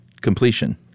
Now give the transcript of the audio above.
completion